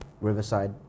Riverside